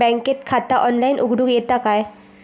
बँकेत खाता ऑनलाइन उघडूक येता काय?